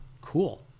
Cool